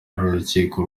urukiko